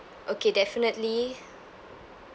okay definitely